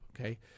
okay